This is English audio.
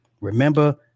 Remember